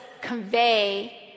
convey